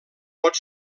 pot